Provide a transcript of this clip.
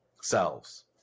selves